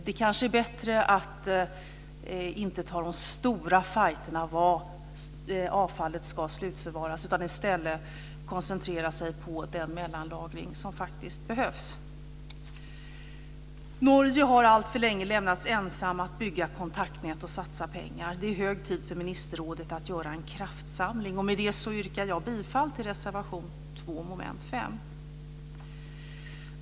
Det kanske är bättre att inte ta de stora fighterna om var avfallet ska slutförvaras, utan i stället koncentrera sig på den mellanlagring som faktiskt behövs. Norge har alltför länge lämnats ensamt med att bygga kontaktnät och satsa pengar. Det är hög tid för ministerrådet att göra en kraftsamling. Jag yrkar bifall till reservation 2 under mom. 5.